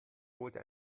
holte